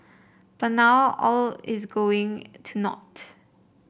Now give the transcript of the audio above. but now all is going to naught